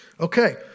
Okay